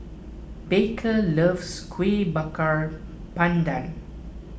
Baker loves Kueh Bakar Pandan